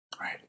Right